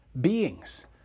beings